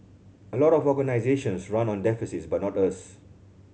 a lot of organisations run on deficits but not us